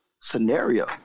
scenario